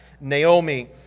Naomi